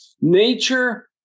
Nature